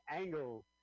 angle